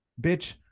bitch